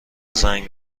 زنگ